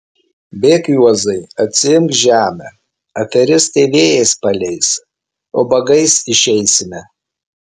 bėk juozai atsiimk žemę aferistai vėjais paleis ubagais išeisime